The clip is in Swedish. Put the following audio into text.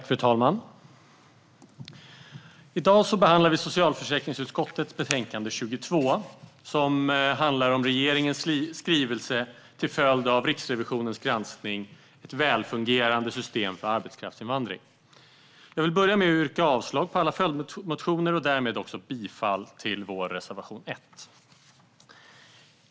Fru talman! I dag behandlar vi socialförsäkringsutskottets betänkande 22, som handlar om regeringens skrivelse till följd av Riksrevisionens granskning Ett välfungerande system för arbetskraftsinvandring? Jag vill börja med att yrka avslag på alla följdmotioner och därmed bifall till vår reservation 1.